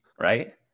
Right